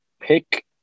pick